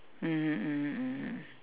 mmhmm mmhmm mmhmm